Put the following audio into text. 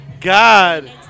God